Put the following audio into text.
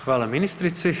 Hvala ministrici.